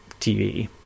tv